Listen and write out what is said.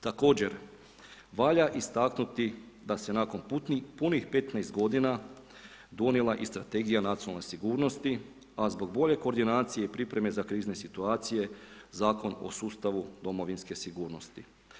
Također valja istaknuti da se nakon punih 15 godina donijela i strategija Nacionalne sigurnosti, a zbog bolje koordinacije i pripreme za krizne situacije zakon o sustavu Domovinske sigurnosti.